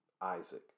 Isaac